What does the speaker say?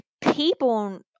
people